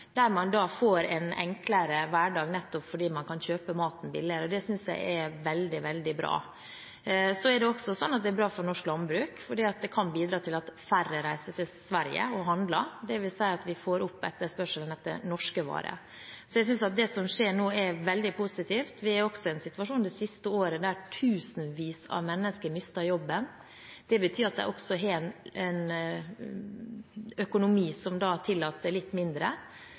Man får en enklere hverdag nettopp fordi man kan kjøpe maten billig. Det synes jeg er veldig bra. Det er også slik at det er bra for norsk landbruk, fordi det kan bidra til at færre reiser til Sverige og handler. Det vil si at vi får opp etterspørselen etter norske varer. Så jeg synes at det som skjer nå, er veldig positivt. Vi har også en situasjon at tusenvis av mennesker har mistet jobben det siste året. Det betyr at de også har en økonomi som tillater mindre. Det at man da